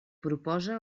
proposa